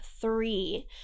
three